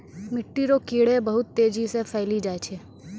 मिट्टी रो कीड़े बहुत तेजी से फैली जाय छै